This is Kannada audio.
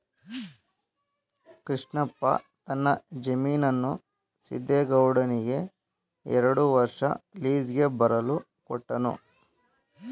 ಕೃಷ್ಣಪ್ಪ ತನ್ನ ಜಮೀನನ್ನು ಸಿದ್ದೇಗೌಡನಿಗೆ ಎರಡು ವರ್ಷ ಲೀಸ್ಗೆ ಬರಲು ಕೊಟ್ಟನು